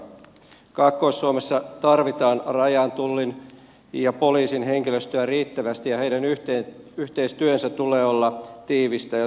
kaakkois suomessa tarvitaan rajan tullin ja poliisin henkilöstöä riittävästi ja heidän yhteistyönsä tulee olla tiivistä ja saumatonta